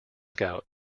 scout